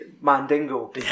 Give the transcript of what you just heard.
Mandingo